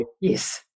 Yes